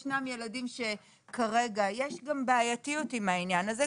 יש גם בעייתיות עם העניין זה,